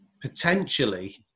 Potentially